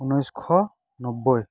ঊনৈছশ নব্বৈ